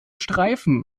streifen